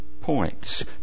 points